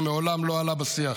זה מעולם לא עלה בשיח.